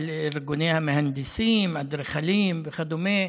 של ארגוני המהנדסים, אדריכלים וכדומה,